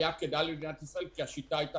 היה כדאי למדינת ישראל כי השיטה הייתה